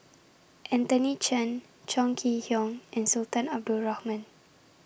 Anthony Chen Chong Kee Hiong and Sultan Abdul Rahman